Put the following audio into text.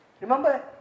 Remember